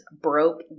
broke